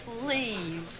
please